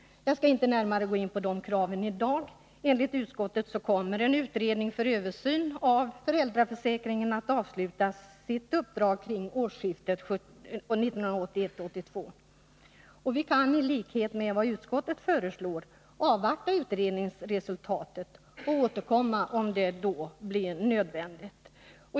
Jag skall inte närmare gå in på de kraven i dag. Enligt utskottet kommer en utredning för översyn av föräldraförsäkringen att avsluta sitt uppdrag kring årsskiftet 1981-1982, och vi kan som utskottet föreslår avvakta utredningsresultatet och återkomma om det då blir nödvändigt.